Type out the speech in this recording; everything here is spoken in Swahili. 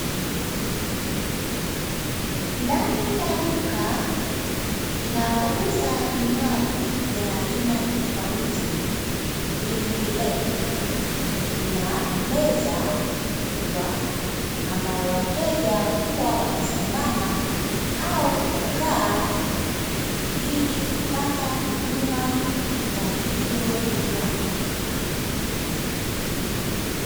Ndani ya duka linalouza vinywaji vya aina tofauti vyenye vileo, kuna meza kubwa ambayo wateja wanasimama au kukaa ilikupata huduma ya hivyo vinywaji.